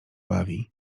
bawi